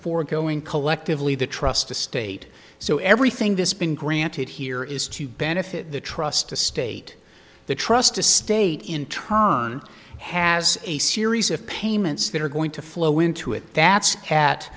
foregoing collectively the trust to state so everything this been granted here is to benefit the trust the state the trust the state in turn has a series of payments that are going to flow into it that